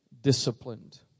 disciplined